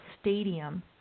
stadium